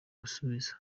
gusubiza